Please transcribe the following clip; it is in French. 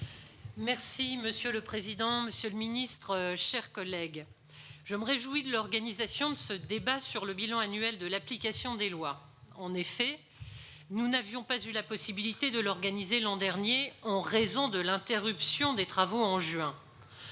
2018. Monsieur le président, monsieur le secrétaire d'État, mes chers collègues, je me réjouis de l'organisation de ce débat sur le bilan annuel de l'application des lois. En effet, nous n'avions pas eu la possibilité de l'organiser l'an dernier, en raison de l'interruption des travaux en juin.